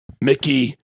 Mickey